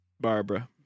Barbara